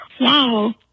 wow